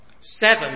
Seven